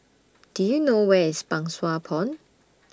Do YOU know Where IS Pang Sua Pond